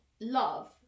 love